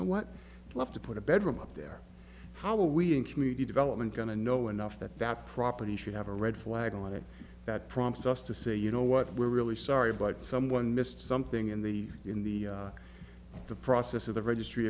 know what left to put a bedroom up there how are we in community development going to know enough that that property should have a red flag on it that prompts us to say you know what we're really sorry but someone missed something in the in the the process of the registry